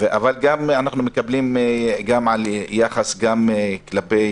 אבל אנחנו גם מקבלים תלונות על יחס כלפי